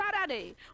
Saturday